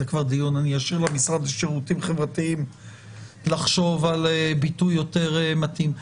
זה כבר דיון שאשאיר למשרד לשירותים חברתיים לחשוב על ביטוי יותר מתאים.